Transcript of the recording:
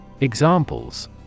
Examples